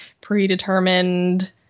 predetermined